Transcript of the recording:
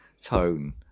tone